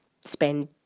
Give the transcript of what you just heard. spend